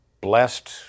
blessed